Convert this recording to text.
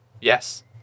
yes